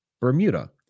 bermuda